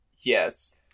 yes